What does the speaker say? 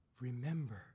Remember